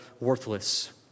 worthless